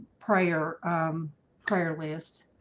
prayer prayer list